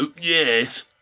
yes